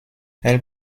elle